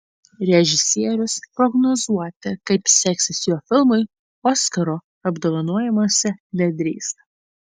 režisierius prognozuoti kaip seksis jo filmui oskaro apdovanojimuose nedrįsta